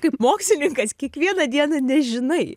kaip mokslininkas kiekvieną dieną nežinai